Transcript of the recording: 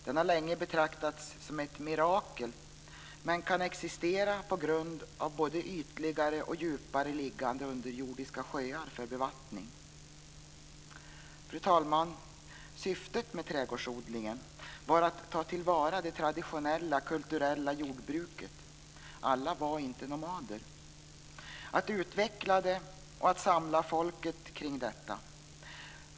Den har länge betraktats som ett mirakel men kan existera på grund av både ytligare och djupare liggande underjordiska sjöar för bevattning. Fru talman! Syftet med trädgårdsodlingen var att ta till vara det traditionella kulturella jordbruket - alla var inte nomader - att utveckla det och att samla folket kring detta.